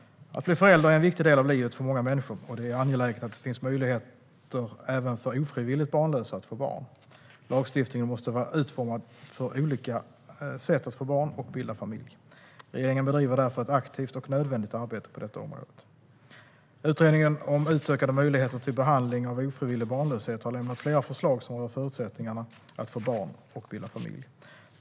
Att bli förälder är en viktig del av livet för många människor, och det är angeläget att det finns möjligheter även för ofrivilligt barnlösa att få barn. Lagstiftningen måste vara utformad för olika sätt att få barn och bilda familj. Regeringen bedriver därför ett aktivt och nödvändigt arbete på detta område. Utredningen om utökade möjligheter till behandling av ofrivillig barnlöshet har lämnat flera förslag som rör förutsättningarna att få barn och bilda familj.